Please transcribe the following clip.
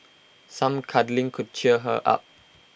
some cuddling could cheer her up